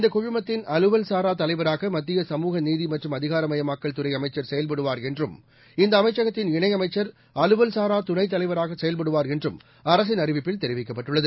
இந்தக் குழுமத்தின் அலுவல் சாரா தலைவராக மத்திய சமூக நீதி மற்றும் அதிகாரமயமாக்கல் துறை அமைச்சர் செயல்படுவார் என்றும் இந்த அமைச்சகத்தின் இணையமைச்சர் அலுவல்சாரா துணைத் தலைவராக செயல்படுவார் என்றும் அரசின் அறிவிப்பில் தெரிவிக்கப்பட்டுள்ளது